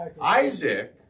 Isaac